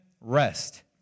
rest